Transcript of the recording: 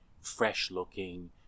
fresh-looking